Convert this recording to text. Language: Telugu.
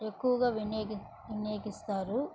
ఎక్కువగా వినియోగిచ్ వినియోగిస్తారు